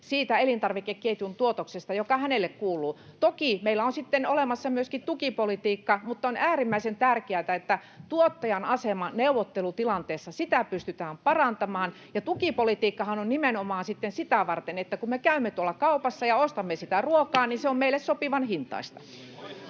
osuuden elintarvikeketjun tuotoksesta, joka hänelle kuuluu. Toki meillä on sitten olemassa myöskin tukipolitiikka. Mutta on äärimmäisen tärkeätä, että tuottajan asemaa neuvottelutilanteessa pystytään parantamaan. Ja tukipolitiikkahan on sitten nimenomaan sitä varten, että kun me käymme tuolla kaupassa ja ostamme sitä ruokaa, niin se on meille sopivan hintaista.